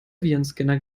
virenscanner